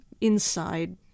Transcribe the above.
inside